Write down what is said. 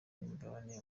imigabane